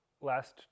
last